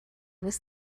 was